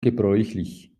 gebräuchlich